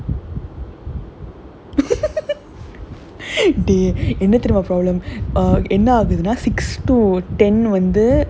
பரவா இல்ல சும்மா கத கேளு சும்மா கத கேளு:paravaa illa chummaa katha kelu chummaa katha kelu okay so என்ன ஆச்சுனா விடாம பாப்பேன் இப்ப வந்து:enna aachunaa vidaama paappaen ippa vanthu twenty over